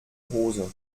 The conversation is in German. hose